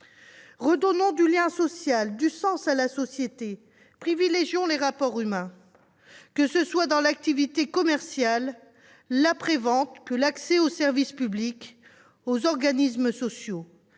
Redonnons du lien social, du sens à la société. Privilégions les rapports humains, que ce soit dans l'activité commerciale, dans l'après-vente, dans l'accès aux services publics ou aux organismes sociaux.